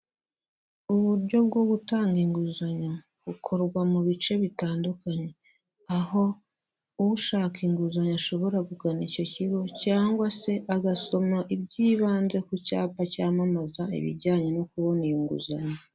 Uburyo bwo gutanga inguzanyo bukorwa mu bice bitandukanye, aho ushaka inguzanyo ashobora kugana icyo kigo cyangwa se agasoma ibyibanze ku cyapa cyamamaza ibijyanye no kubona iyi nguzanyo.